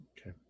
Okay